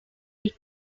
est